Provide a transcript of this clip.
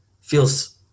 feels